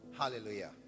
Hallelujah